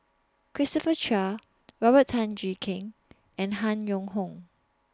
Christopher Chia Robert Tan Jee Keng and Han Yong Hong